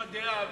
עם הדעה שלה,